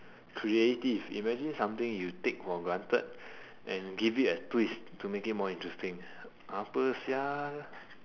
creative imagine something you take for granted and give it a twist to make it more interesting apa sia